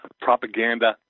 propaganda